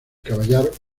caballar